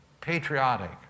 patriotic